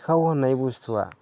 सिखाव होननाय बुसथुआ